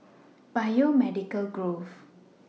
Biomedical Grove